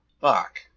fuck